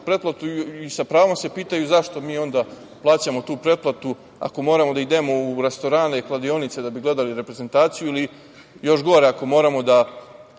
pretplatu sa pravom se pitaju zašto mi onda plaćamo tu pretplatu ako moramo da idemo u restorane i kladionice da bi gledali reprezentaciju ili, još gore, ako moramo da